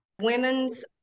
Women's